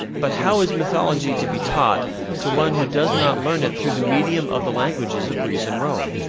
but how is mythology to be taught to one who does not learn it through the medium of the languages of greece and rome?